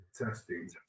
Testing